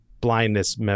blindness